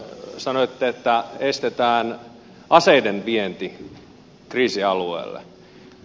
sanoitte että estetään aseiden vienti kriisialueelle